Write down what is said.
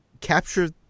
capture